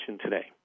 today